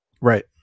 right